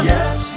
Yes